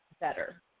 better